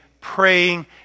praying